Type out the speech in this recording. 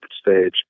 stage